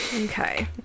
Okay